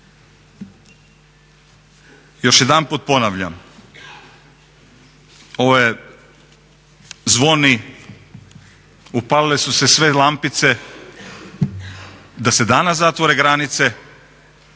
Još jedanput ponavljam ovo zvoni, upalile su se sve lampice, da se danas zatvore granice